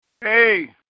Hey